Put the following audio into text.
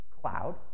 cloud